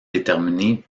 déterminée